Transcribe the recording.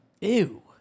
Ew